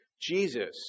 Jesus